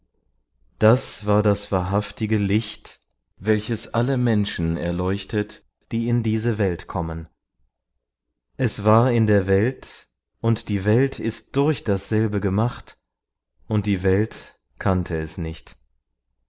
das war das wahrhaftige licht welches alle menschen erleuchtet die in diese welt kommen es war in der welt und die welt ist durch dasselbe gemacht und die welt kannte es nicht